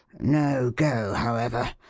no go, however.